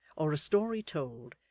or a story told,